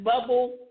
bubble